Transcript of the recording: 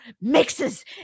mixes